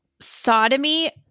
sodomy